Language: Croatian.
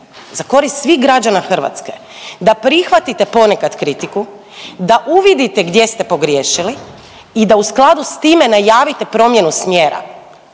za korist svih građana Hrvatske da prihvatite ponekad kritiku, da uvidite gdje ste pogriješili i da u skladu s time najavite promjenu smjera,